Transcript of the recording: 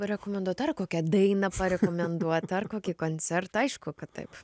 rekomenduot ar kokią dainą parekomenduot ar kokį koncertą aišku kad taip